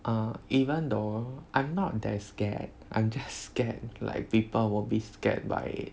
err even though I'm not that scared I'm just scared like people will be scared by